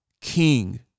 king